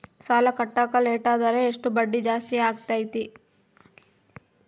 ಸಾಲ ಕಟ್ಟಾಕ ಲೇಟಾದರೆ ಎಷ್ಟು ಬಡ್ಡಿ ಜಾಸ್ತಿ ಆಗ್ತೈತಿ?